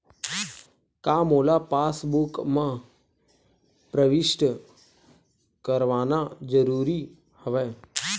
का मोला पासबुक म प्रविष्ट करवाना ज़रूरी हवय?